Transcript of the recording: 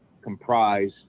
comprise